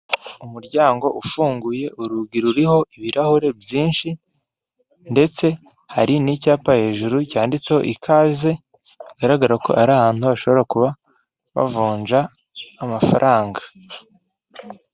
Uyu ni umugabo wambaye imikenyerero, yambaye urunigi mu ijosi. Imikenyero ni imyambaro kera abanyarwanda bajyaga bambara ariko n'ubu turayikoresha kuko n'uyu ni imyambaro y'umuco wacu, arimo aravugira ku ndangururamajwi, inyuma ye hari intebe z'imyeru hari n'icyapa kimushushanyijeho, hicaye abantu bisa nk'aho bamuteze amatwi wumva ibyo ababwira.